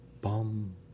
Bum